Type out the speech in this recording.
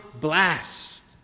blast